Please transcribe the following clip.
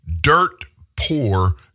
dirt-poor